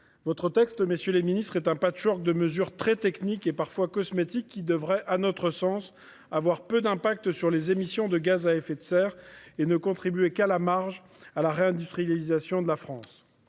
Celui-ci, messieurs les ministres, est un patchwork de mesures très techniques et parfois cosmétiques qui devraient, à notre sens, avoir peu d'effet sur les émissions de gaz à effet de serre et ne contribuer qu'à la marge à la réindustrialisation de la France.